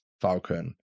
Falcon